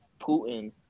putin